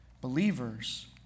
believers